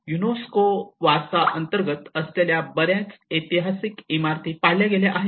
UNESCO वारसा अंतर्गत असलेल्या बर्याच ऐतिहासिक इमारती पाडल्या गेल्या आहेत